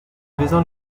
vezin